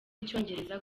icyongereza